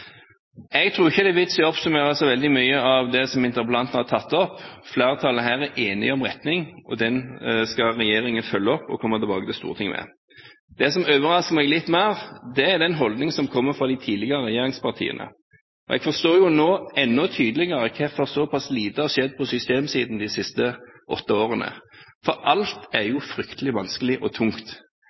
Jeg tror ikke det er noen vits i å oppsummere så veldig mye av det som interpellanten har tatt opp. Flertallet her er enige om retning, og den skal regjeringen følge opp og komme tilbake til Stortinget med. Det som overrasker meg litt mer, er den holdningen som kommer fra de tidligere regjeringspartiene. Jeg forstår nå enda tydeligere hvorfor såpass lite har skjedd på systemsiden de siste åtte årene. For alt er jo fryktelig vanskelig og tungt.